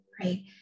right